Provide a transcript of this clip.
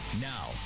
Now